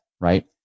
Right